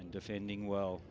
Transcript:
and defending well